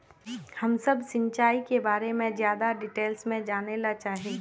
हम सब सिंचाई के बारे में ज्यादा डिटेल्स में जाने ला चाहे?